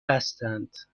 بستند